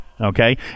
Okay